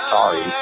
Sorry